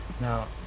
now